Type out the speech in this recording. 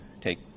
take